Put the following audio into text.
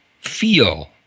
feel